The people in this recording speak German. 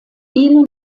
ihnen